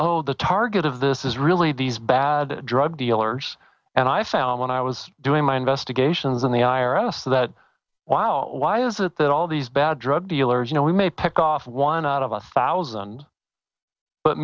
oh the target of this is really these bad drug dealers and i found when i was doing my investigations on the i r s that wow why is it that all these bad drug dealers you know we may take off one out of a thousand but